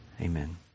Amen